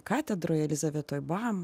katedroje jelizavetoj bam